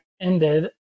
ended